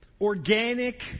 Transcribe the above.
organic